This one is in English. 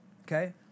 Okay